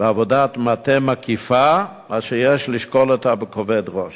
בעבודת מטה מקיפה אשר יש לשקול אותה בכובד ראש.